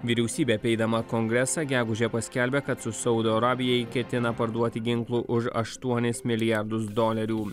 vyriausybė apeidama kongresą gegužę paskelbė kad su saudo arabijai ketina parduoti ginklų už aštuonis milijardus dolerių